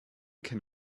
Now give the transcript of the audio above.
can